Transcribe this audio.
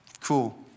Cool